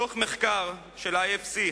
דוח מחקר של ה-FC,